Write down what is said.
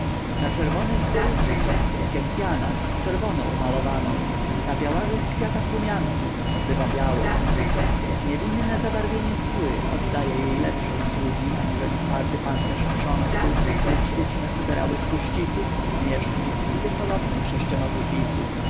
na czerwonych goryczki gentiana czerwono umalowaną na białawych kwiatach rumianków bywa białą niewinne zabarwienie skóry oddaje jej lepsze usługi aniżeli twardy pancerz chrząszczów lub sztuczne futerały chróścików zmierzchnic i t p sześcionogich lisów